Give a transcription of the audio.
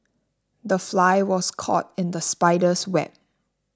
the fly was caught in the spider's web